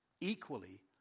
equally